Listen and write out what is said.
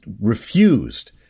refused